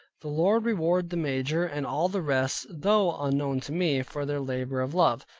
the lord reward the major, and all the rest, though unknown to me, for their labor of love.